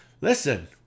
Listen